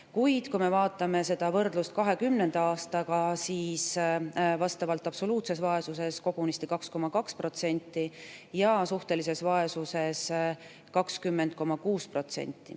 Kui me vaatame võrdlust 2020. aastaga, siis oli absoluutses vaesuses kogunisti 2,2% ja suhtelises vaesuses 20,6%.